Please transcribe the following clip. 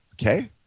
okay